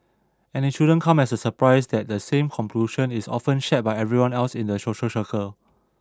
and it shouldn't come as a surprise that the same conclusion is often shared by everyone else in their social circle